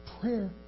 Prayer